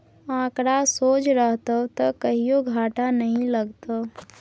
आंकड़ा सोझ रहतौ त कहियो घाटा नहि लागतौ